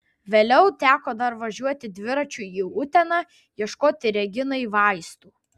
vėliau teko dar važiuoti dviračiu į uteną ieškoti reginai vaistų